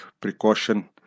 precaution